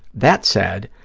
that said,